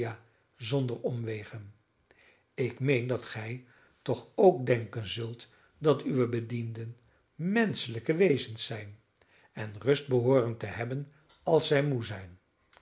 zonder omwegen ik meen dat gij toch ook denken zult dat uwe bedienden menschelijke wezens zijn en rust behooren te hebben als zij moe zijn